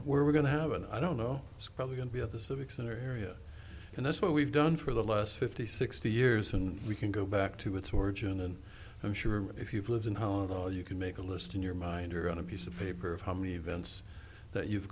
we're going to have an i don't know it's probably going to be at the civic center area and that's what we've done for the last fifty sixty years and we can go back to its origin and i'm sure if you've lived in colorado you can make a list in your mind or on a piece of paper of how many events that you've